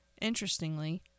interestingly